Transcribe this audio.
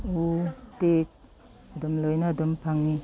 ꯎ ꯇꯤꯛ ꯑꯗꯨꯝ ꯂꯣꯏꯅ ꯑꯗꯨꯝ ꯐꯪꯏ